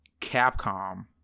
Capcom